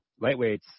Lightweights